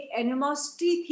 animosity